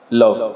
love